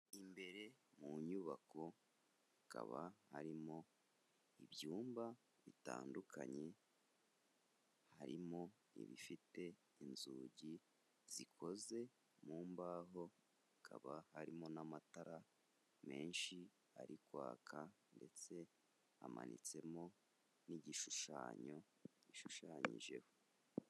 Imbere mu nyubako, hakaba harimo ibyumba bitandukanye, harimo ibifite inzugi zikoze mu mbaho, hakaba harimo n'amatara menshi ari kwaka ndetse hamanitsemo n'igishushanyo gishushanyijeho.